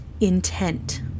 intent